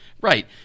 Right